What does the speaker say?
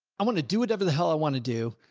i want to do whatever the hell i want to do